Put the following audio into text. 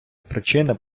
причина